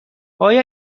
آیا